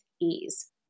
ease